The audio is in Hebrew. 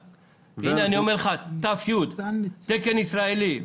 הנה אני אומר לך: ת"י תקן ישראלי.